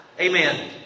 Amen